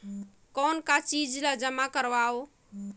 कौन का चीज ला जमा करवाओ?